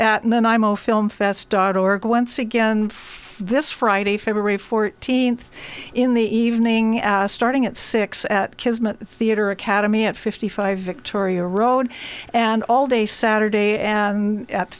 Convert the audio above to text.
out and then imo film fest dot org once again this friday february fourteenth in the evening ass starting at six at kismet theater academy at fifty five victoria road and all day saturday and at